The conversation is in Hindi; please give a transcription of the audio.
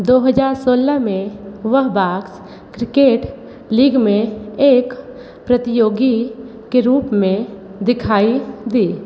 दो हज़ार सोलह में वह बॉक्स क्रिकेट लीग में एक प्रतियोगी के रूप में दिखाई दी